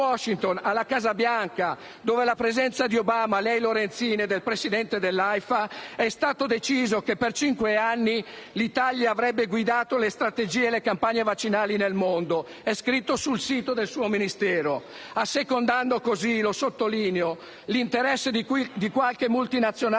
del Presidente dell'Aifa è stato deciso che per cinque anni l'Italia avrebbe guidato le strategie e le campagne vaccinali nel mondo (è scritto sul sito del suo Ministero), assecondando così - lo sottolineo - l'interesse di qualche multinazionale